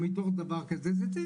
או מתוך דבר כזה --- כן,